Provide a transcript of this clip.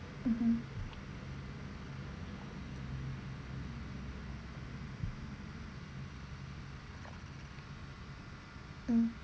mmhmm mm